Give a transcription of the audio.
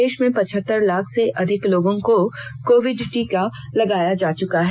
देश में पचहतर लाख से अधिक लोगों को कोविड टीके लगाये जा चुके है